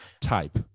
type